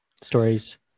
Stories